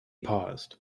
paused